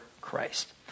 Christ